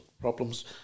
problems